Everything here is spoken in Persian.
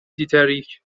دیتریک